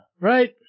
Right